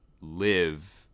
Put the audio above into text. live